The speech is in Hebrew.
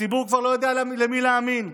הציבור כבר לא יודע למי להאמין,